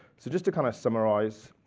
so just to kind of summarize,